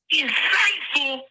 insightful